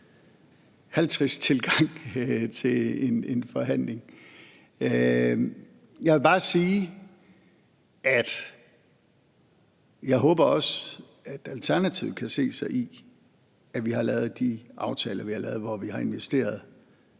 Jeg vil bare sige, at jeg også håber, at Alternativet kan se sig i, at vi har lavet de aftaler, vi har lavet, hvor vi har investeret